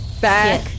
back